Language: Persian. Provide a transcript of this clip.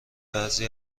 بعضی